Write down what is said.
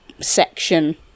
section